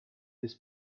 this